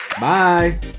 bye